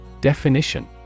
Definition